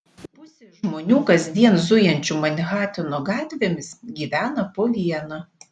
pusė žmonių kasdien zujančių manhatano gatvėmis gyvena po vieną